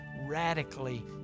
radically